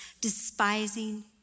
despising